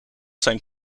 zijn